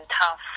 tough